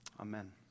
amen